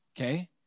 okay